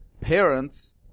parents